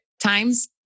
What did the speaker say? times